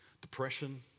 depression